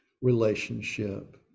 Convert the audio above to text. relationship